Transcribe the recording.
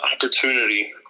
opportunity